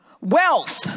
wealth